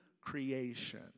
creation